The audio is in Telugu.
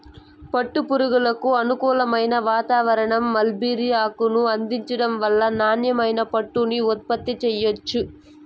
పట్టు పురుగులకు అనుకూలమైన వాతావారణం, మల్బరీ ఆకును అందించటం వల్ల నాణ్యమైన పట్టుని ఉత్పత్తి చెయ్యొచ్చు